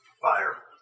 fire